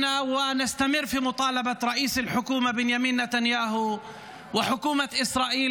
גם קראתי לפלגים הפלסטיניים לאחד את השורות שלהם,